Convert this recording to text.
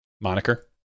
moniker